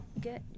good